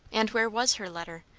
and where was her letter?